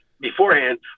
Beforehand